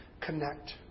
connect